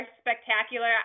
spectacular